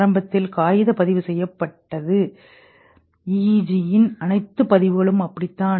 ஆரம்பத்தில் காகித பதிவு செய்யப்பட்டது EEG இன் அனைத்து பதிவுகளும் அப்படி தான்